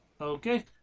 Okay